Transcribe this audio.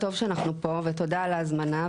טוב שאנחנו פה ותודה על ההזמנה,